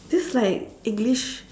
this is like english